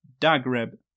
Dagreb